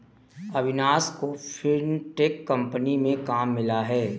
अविनाश को fintech company में काम मिला है